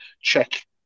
check